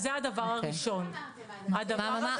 אז זה הדבר הראשון, הדבר השני הוא.